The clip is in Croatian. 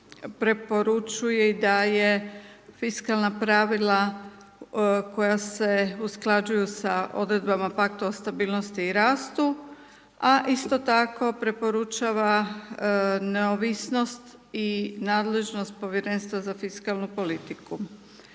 preporučuje i daje fiskalna pravila koja se usklađuju sa odredbama Paktu o stabilnosti i rastu, a isto tako preporučava neovisnost i nadležnost Povjerenstva za fiskalnu politiku.